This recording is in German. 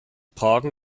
parken